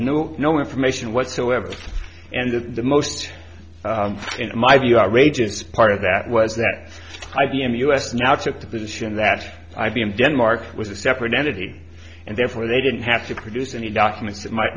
no no information whatsoever and of the most in my view outrageous part of that was that i b m us now took the position that i b m denmark was a separate entity and therefore they didn't have to produce any documents that might